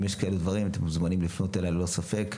אם יש כאלה דברים אתם מוזמנים לפנות אליי ללא ספק,